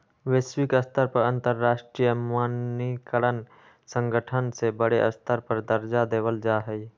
वैश्विक स्तर पर अंतरराष्ट्रीय मानकीकरण संगठन के बडे स्तर पर दर्जा देवल जा हई